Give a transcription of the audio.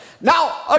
Now